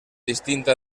distinta